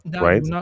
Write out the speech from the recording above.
right